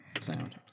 sound